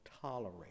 tolerate